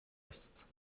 است